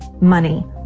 money